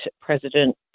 President